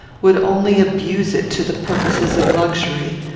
would only abuse it to the purposes of luxury,